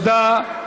תודה.